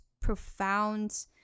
profound